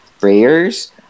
prayers